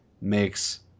makes